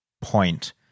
point-